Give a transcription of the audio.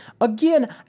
again